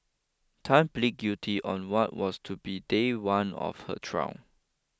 Tan plead guilty on what was to be day one of her trial